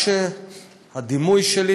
והדימוי שלי,